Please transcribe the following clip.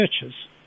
churches